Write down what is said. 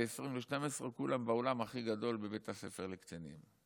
ב-11:40 כולם באולם הכי גדול בבית הספר לקצינים.